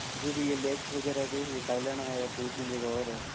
जो भी यह लेक्स वगैरह जो भी है कय्लाना है दो तीन जगह और है